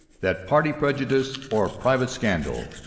that party prejudice, or private scandal,